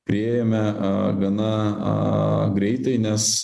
priėjome gana greitai nes